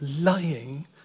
lying